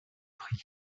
prix